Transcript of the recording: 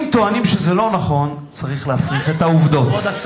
אם טוענים שזה לא נכון, צריך להפריך את העובדות.